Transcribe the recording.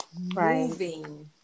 moving